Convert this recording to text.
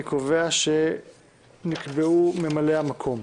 אני קובע שנקבעו ממלאי המקום.